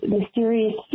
Mysterious